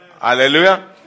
Hallelujah